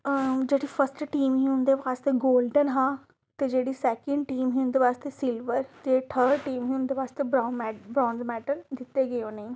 जेह्ड़ी first team ही उंं'दे बास्तै गोल्डन हा ते जेह्ड़ी सैकिंड टीम ही उं'दे आस्तै सिल्वर ते जेह्ड़ी थर्ड टीम ही उं'दे बास्तै ब्रांज मैडल दिते गे उ'नेंगी